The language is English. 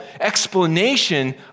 explanation